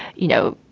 you know,